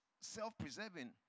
self-preserving